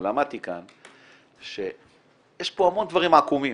אבל למדתי כאן שיש פה המון דברים עקומים,